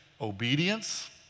obedience